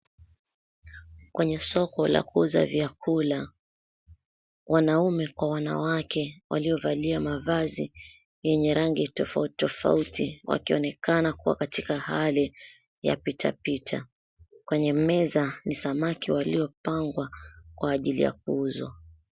Kwenye soko la kuuza vyakula, wanaume kwa wanawake waliovalia mavazi tofautitofauti wakionekana kuwa katika hali ya pitapita. Kwenye meza ni samaki waliopangwa kwa ajili ya kuuzwa.